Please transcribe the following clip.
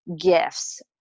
gifts